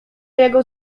jego